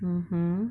mmhmm